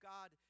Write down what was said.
God